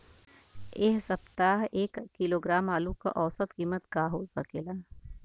एह सप्ताह एक किलोग्राम आलू क औसत कीमत का हो सकेला?